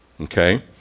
Okay